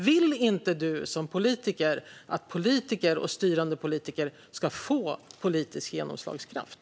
Vill inte du som politiker att styrande politiker ska få politisk genomslagskraft?